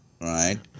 right